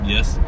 Yes